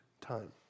time